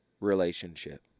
relationship